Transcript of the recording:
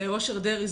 כשאושר דרעי,